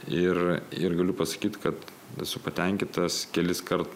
ir ir galiu pasakyt kad esu patenkintas keliskart